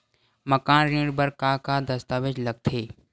मकान ऋण बर का का दस्तावेज लगथे?